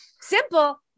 Simple